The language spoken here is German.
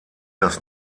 das